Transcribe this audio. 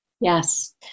Yes